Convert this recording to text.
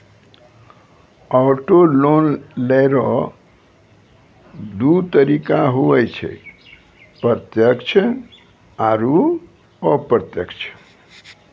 auto loan लेय रो दू तरीका हुवै छै प्रत्यक्ष आरू अप्रत्यक्ष